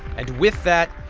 and with that,